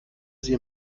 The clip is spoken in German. sie